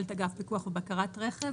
מנהלת אגף פיקוח ובקרת רכב.